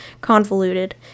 convoluted